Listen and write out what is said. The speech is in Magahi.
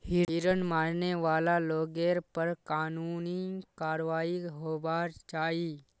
हिरन मारने वाला लोगेर पर कानूनी कारवाई होबार चाई